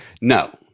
No